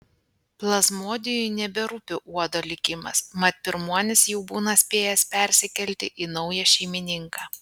plazmodijui neberūpi uodo likimas mat pirmuonis jau būna spėjęs persikelti į naują šeimininką